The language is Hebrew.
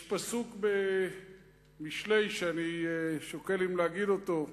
יש פסוק במשלי, שאני שוקל אם להגיד אותו: